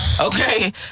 Okay